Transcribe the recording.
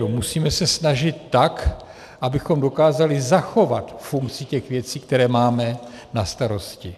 Musíme se snažit tak, abychom dokázali zachovat funkci těch věcí, které máme na starosti.